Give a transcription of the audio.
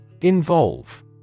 Involve